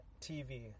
tv